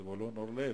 זבולון אורלב,